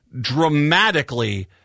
dramatically